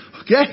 Okay